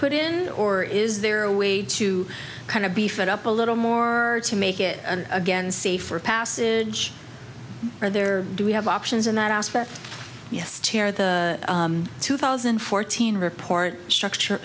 put in or is there a way to kind of beef it up a little more to make it again safer passage are there do we have options in that aspect yes tear the two thousand and fourteen report structure